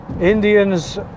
Indians